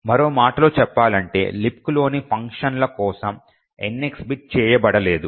మరో మాటలో చెప్పాలంటే లిబ్క్లోని ఫంక్షన్ల కోసం NX బిట్ సెట్ చేయబడలేదు